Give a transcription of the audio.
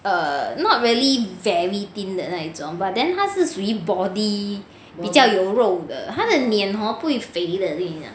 err not really very thin 的那一种 but then 她是属于 body 比较有肉的她的脸 hor 不会肥的我跟你讲